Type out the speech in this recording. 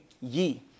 ye